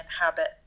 inhabit